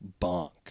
bonk